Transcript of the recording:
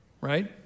right